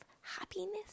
happiness